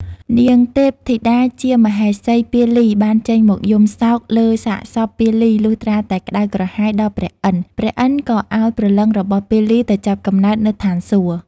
នាងទេធីតាជាមហេសីពាលី បានចេញមកយំសោកលើសាកសព ពាលី លុះត្រាតែក្តៅក្រហាយដល់ព្រះឥន្ទៗ ក៏ឱ្យព្រលឹងរបស់ពាលីទៅចាប់កំណើត នៅឋានសួគ៌។